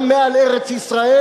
גם מעל ארץ-ישראל,